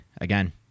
again